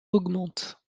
augmentent